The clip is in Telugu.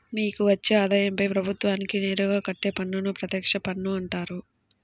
మీకు వచ్చే ఆదాయంపై ప్రభుత్వానికి నేరుగా కట్టే పన్నును ప్రత్యక్ష పన్ను అంటారు